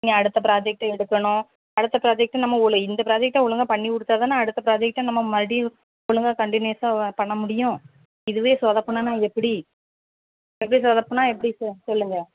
இனி அடுத்த ப்ராஜெக்ட் எடுக்கணும் அடுத்த ப்ராஜெக்ட்டும் நம்ம இந்த ப்ராஜெக்ட்டை ஒழுங்கா பண்ணிக்கொடுத்தா தானே அடுத்த ப்ராஜெக்ட்டை நம்ம மறுடியும் ஒழுங்கா கன்டினியூஸாக பண்ண முடியும் இதுவே சொதப்பினோன்னா எப்படி இப்படி சொதப்பினா எப்படி சொல்லுங்கள்